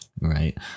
right